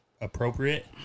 appropriate